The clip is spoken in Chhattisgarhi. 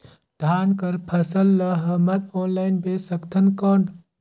धान कर फसल ल हमन ऑनलाइन बेच सकथन कौन?